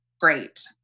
great